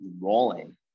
rolling